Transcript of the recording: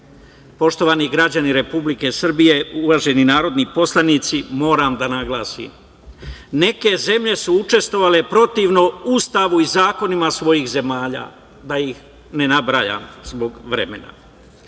UN.Poštovani građani Republike Srbije, uvaženi narodni poslanici, moram da naglasim, neke zemlje su učestvovale protivno Ustavu i zakonima svojih zemalja da ih ne nabrajam zbog vremena.Za